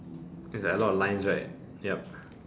is like a lot of lines right yep